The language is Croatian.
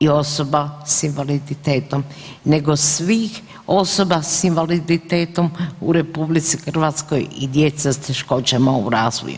i osoba s invaliditetom nego svih osoba s invaliditetom u RH i djeca s teškoćama u razvoju.